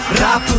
rap